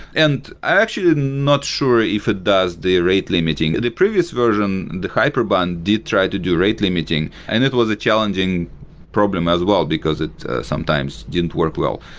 and actually not sure if it does the rate limiting. the previous version, the hyperbahn did try to do rate limiting, and it was a challenging problem as well, because it sometimes didn't work well.